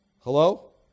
Hello